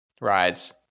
Rides